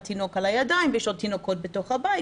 התינוק על הידיים ויש עוד תינוקות בבית,